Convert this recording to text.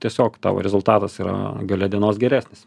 tiesiog tavo rezultatas yra gale dienos geresnis